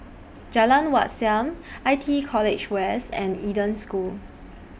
Jalan Wat Siam I T E College West and Eden School